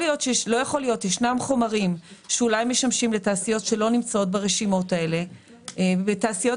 ישנם חומרים שאולי משמשים לתעשיות שלא נמצאות ברשימות האלה בכל